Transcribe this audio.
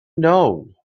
know